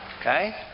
Okay